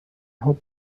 hoped